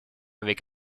avec